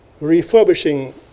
refurbishing